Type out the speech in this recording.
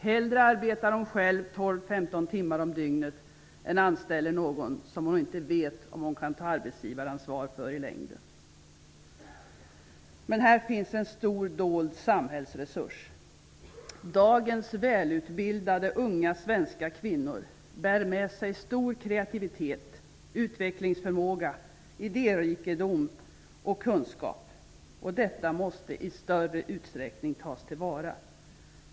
Hellre arbetar kvinnan själv 12--15 timmar om dygnet än anställer någon som hon inte vet om hon i längden kan ta arbetsgivaransvar för. Här finns en stor dold samhällsresurs. Dagens välutbildade unga svenska kvinnor bär med sig stor kreativitet, utvecklingsförmåga, idérikedom och kunskap. Allt detta måste i större utsträckning tas till vara.